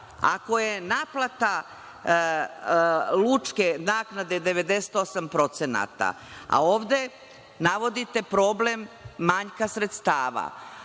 Ako je naplata lučke naknade 98%, a ovde navodite problem manjka sredstava